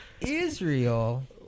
Israel